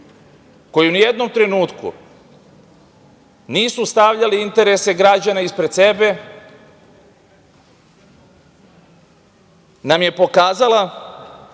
koji ni u jednom trenutku nisu stavljali interese građana ispred sebe, nam je pokazala